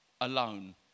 alone